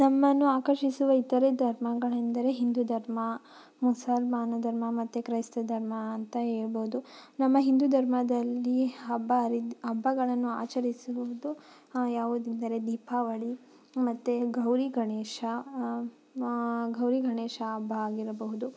ನಮ್ಮನ್ನು ಆಕರ್ಷಿಸುವ ಇತರೆ ಧರ್ಮಗಳೆಂದರೆ ಹಿಂದು ಧರ್ಮ ಮುಸಲ್ಮಾನ ಧರ್ಮ ಮತ್ತು ಕ್ರೈಸ್ತ ಧರ್ಮ ಅಂತ ಹೇಳ್ಬೌದು ನಮ್ಮ ಹಿಂದು ಧರ್ಮದಲ್ಲಿ ಹಬ್ಬ ಹರಿದ್ ಹಬ್ಬಗಳನ್ನು ಆಚರಿಸುವುದು ಆ ಯಾವುದಿದ್ದರೆ ದೀಪಾವಳಿ ಮತ್ತು ಗೌರಿ ಗಣೇಶ ಗೌರಿ ಗಣೇಶ ಹಬ್ಬ ಆಗಿರಬಹುದು